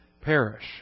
perish